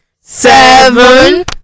seven